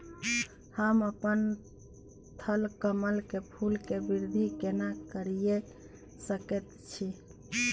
हम अपन थलकमल के फूल के वृद्धि केना करिये सकेत छी?